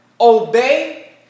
obey